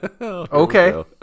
Okay